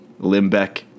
Limbeck